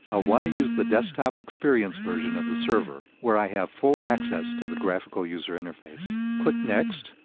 i'll want to use the desktop experience version of the server, where i have full access to the graphical user interface. click next.